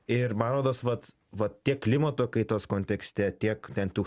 ir man rodos vat vat tiek klimato kaitos kontekste tiek ten tų